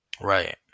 Right